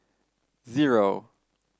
zero